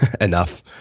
enough